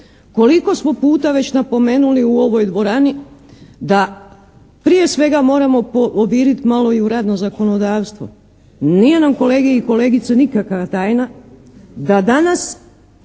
Koliko smo puta već napomenuli u ovoj dvorani da prije svega moramo proviriti malo i u radno zakonodavstvo. Nije nam, kolege i kolegice, nikakva tajna da danas